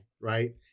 Right